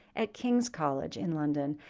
at kings college in london.